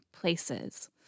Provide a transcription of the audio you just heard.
places